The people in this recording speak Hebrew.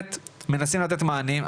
באמת מנסים לתת מענים.